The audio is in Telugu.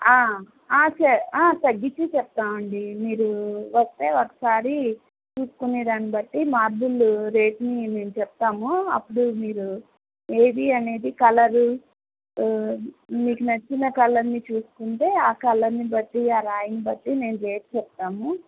తగ్గించే చెప్తాము అండి మీరు వస్తే ఒకసారి తీసుకునే దానిని బట్టి మార్బుల్ రేట్ని మేము చెప్తాము అప్పుడు మీరు ఏది అనేది కలరు మీకు నచ్చిన కలర్ని చూసుకుంటే ఆ కలర్ని బట్టి ఆ రాయిని బట్టి మేము రేట్ చెప్తాము